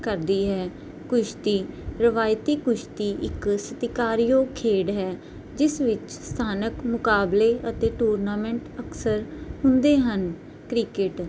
ਕਰਦੀ ਹੈ ਕੁਸ਼ਤੀ ਰਿਵਾਇਤੀ ਕੁਸ਼ਤੀ ਇੱਕ ਸਤਿਕਾਰਯੋਗ ਖੇਡ ਹੈ ਜਿਸ ਵਿੱਚ ਸਥਾਨਕ ਮੁਕਾਬਲੇ ਅਤੇ ਟੂਰਨਾਮੈਂਟ ਅਕਸਰ ਹੁੰਦੇ ਹਨ ਕ੍ਰਿਕਟ